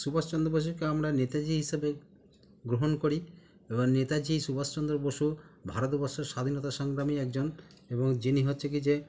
সুভাষচন্দ্র বসুকে আমরা নেতাজি হিসাবে গ্রহণ করি এবার নেতাজি সুভাষচন্দ্র বসু ভারতবর্ষর স্বাধীনতা সংগ্রামী একজন এবং যিনি হচ্ছে কী যে